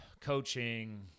coaching